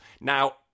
Now